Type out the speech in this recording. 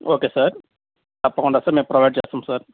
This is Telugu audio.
ఓకే సార్ తప్పకుండా సార్ మేము ప్రొవైడ్ చేస్తాము సార్